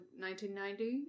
1990